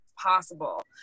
possible